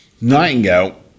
nightingale